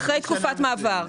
אחרי תקופת מעבר.